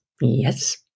Yes